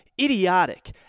idiotic